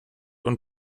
und